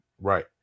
right